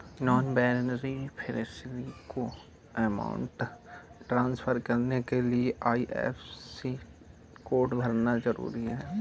non beneficiary को amount transfer करने के लिए आई.एफ.एस.सी कोड भरना जरूरी है